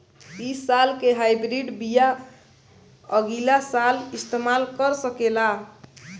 इ साल के हाइब्रिड बीया अगिला साल इस्तेमाल कर सकेला?